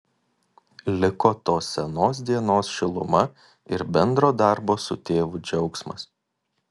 liko tos senos dienos šiluma ir bendro darbo su tėvu džiaugsmas